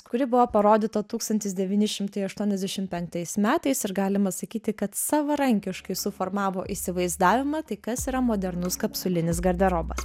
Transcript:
kuri buvo parodyta tūkstantis devyni šimtai aštuoniasdešim penktais metais ir galima sakyti kad savarankiškai suformavo įsivaizdavimą tai kas yra modernus kapsulinis garderobas